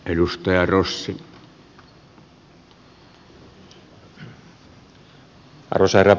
arvoisa herra puhemies